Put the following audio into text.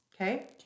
Okay